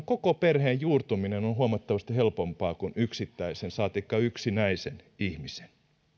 koko perheen juurtuminen on on huomattavasti helpompaa kuin yksittäisen saatikka yksinäisen ihmisen